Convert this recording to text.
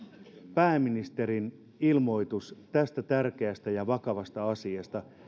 pääministerin ilmoitus tästä tärkeästä ja vakavasta asiasta